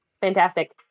fantastic